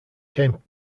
came